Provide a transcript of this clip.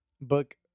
book